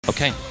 Okay